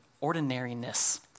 ordinariness